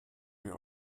mir